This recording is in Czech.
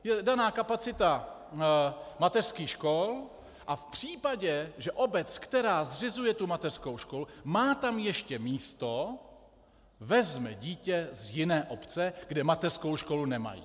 Je daná kapacita mateřských škol a v případě, že obec, která zřizuje tu mateřskou školu, má tam ještě místo, vezme dítě z jiné obce, kde mateřskou školu nemají.